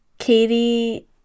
Katie